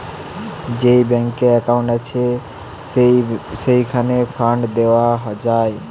যে ব্যাংকে একউন্ট আছে, সেইখানে ফান্ড দেওয়া যায়